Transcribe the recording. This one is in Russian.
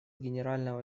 генерального